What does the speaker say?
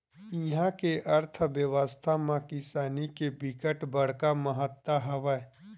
इहा के अर्थबेवस्था म किसानी के बिकट बड़का महत्ता हवय